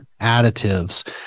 additives